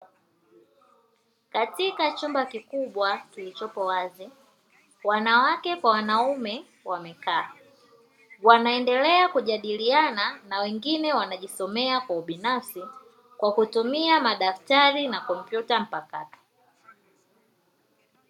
Katika chumba kikubwa kilichopo wazi, wanawake kwa wanaume wamekaa wanaendelea kujadiliana na wengine wanajisomea kwa ubinafsi kwa kutumia madaftari na kompyuta mpakato.